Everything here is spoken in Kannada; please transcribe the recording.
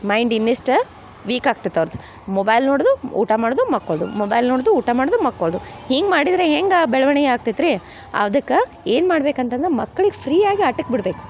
ಮೈಂಡ್ ಇನ್ನಿಷ್ಟು ವೀಕ್ ಆಗ್ತೈತೆ ಅವ್ರ್ದು ಮೊಬೈಲ್ ನೋಡುವುದು ಊಟ ಮಾಡುವುದು ಮಕ್ಕಳ್ದು ಮೊಬೈಲ್ ನೋಡೋದು ಊಟ ಮಾಡೋದು ಮಕ್ಕಳ್ದು ಹಿಂಗೆ ಮಾಡಿದರೆ ಹೆಂಗೆ ಬೆಳವಣ್ಗೆ ಆಗ್ತೈತೆ ರೀ ಅದಕ್ಕೆ ಏನು ಮಾಡ್ಬೇಕಂತಂದ್ರೆ ಮಕ್ಳಿಗೆ ಫ್ರೀಯಾಗಿ ಆಟಕ್ಕೆ ಬಿಡ್ಬೇಕು